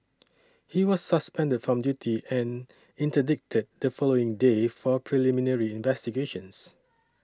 he was suspended from duty and interdicted the following day for preliminary investigations